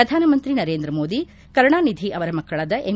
ಶ್ರಧಾನಮಂತ್ರಿ ನರೇಂದ್ರ ಮೋದಿ ಕರುಣಾನಿಧಿ ಅವರ ಮಕ್ಕಳಾದ ಎಂ